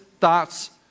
thoughts